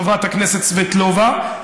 חברת הכנסת סבטלובה,